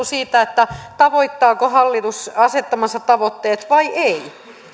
siitä tavoittaako hallitus asettamansa tavoitteet vai ei